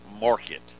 Market